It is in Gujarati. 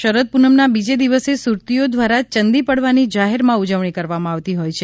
શરદ પૂનમના બીજા દિવસે સુરતીઓ દ્વારા ચંદી પડવાની જાહેરમાં ઉજવણી કરવામાં આવતી હોય છે